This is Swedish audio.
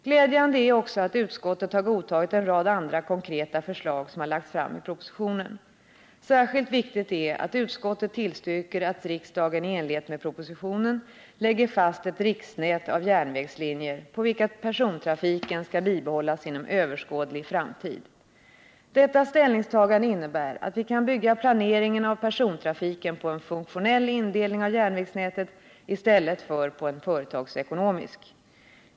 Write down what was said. Glädjande är också att utskottet har godtagit en rad andra konkreta förslag som har lagts fram i propositionen. Särskilt viktigt är att utskottet tillstyrker att riksdagen i enlighet med propositionen lägger fast ett riksnät av järnvägslinjer på vilka persontrafiken skall bibehållas inom överskådlig framtid. Detta ställningstagande innebär att vi kan bygga planeringen av persontrafiken på en funktionell indelning av järnvägsnätet i stället för på en företagsekonomisk.